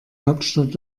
hauptstadt